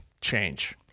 change